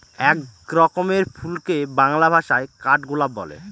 এক রকমের ফুলকে বাংলা ভাষায় কাঠগোলাপ বলে